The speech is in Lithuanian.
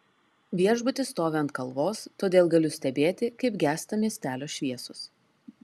viešbutis stovi ant kalvos todėl galiu stebėti kaip gęsta miestelio šviesos